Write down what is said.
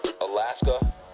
Alaska